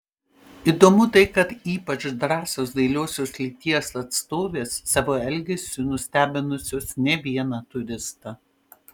įdomu tai kad ypač drąsios dailiosios lyties atstovės savo elgesiu nustebinusios ne vieną turistą